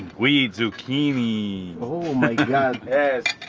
we eat zucchini and